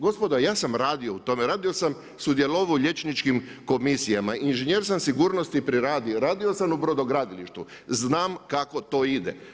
Gospodo ja sam radio u tome, radio sam, sudjelovao sam u liječničkim komisijama, inženjer sam sigurnosti i preradio, radio sam u brodogradilištu, znam kako to ide.